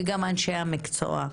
וגם אנשי המקצוע,